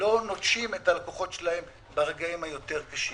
לא נוטשים את הלקוחות שלהם ברגעים היותר קשים.